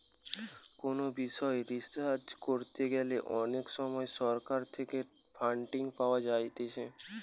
কোনো বিষয় রিসার্চ করতে গ্যালে অনেক সময় সরকার থেকে ফান্ডিং পাওয়া যায়েটে